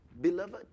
Beloved